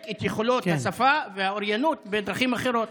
את יכולות השפה והאוריינות בדרכים אחרות.